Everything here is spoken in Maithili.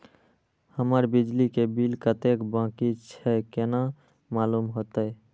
हमर बिजली के बिल कतेक बाकी छे केना मालूम होते?